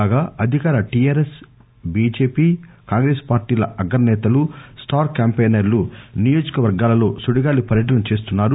కాగా అధికార TRS BJP Congress పార్టీలఅగ్ర నేతలు స్టార్ క్యాంపెయినర్ల ు నియోజక వర్గాలలో సుడిగాలి పర్యటనలు చేస్తున్నారు